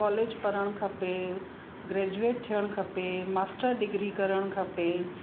college पढ़णु खपे graduate थिअणु खपे मास्टर डिग्री करणु खपे